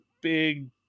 big